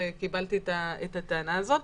וקיבלתי את הטענה הזאת,